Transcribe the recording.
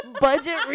Budget